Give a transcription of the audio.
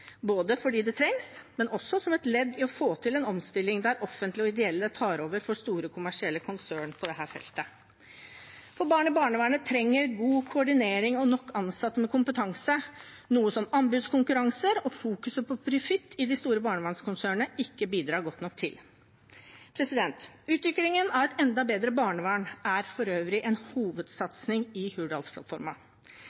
både fordi det trengs og også som et ledd i å få til en omstilling der offentlige og ideelle tar over for store kommersielle konsern på dette feltet. For barn i barnevernet trenger god koordinering og nok ansatte med kompetanse, noe som anbudskonkurranser og fokuset på profitt i de store barnevernskonsernene ikke bidrar godt nok til. Utviklingen av et enda bedre barnevern er for øvrig en